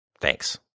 Thanks